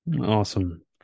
awesome